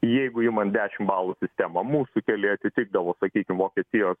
jeigu imant dešim balų sistemą mūsų keliai atitikdavo sakykim vokietijos